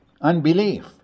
Unbelief